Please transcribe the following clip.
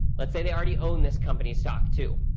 let's say, they already own this company's stock too.